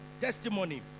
testimony